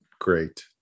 great